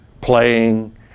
playing